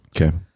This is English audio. okay